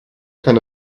kann